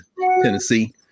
Tennessee